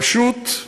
פשוט,